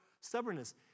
stubbornness